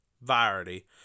Variety